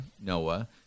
Noah